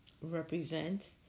represent